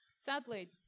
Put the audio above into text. Sadly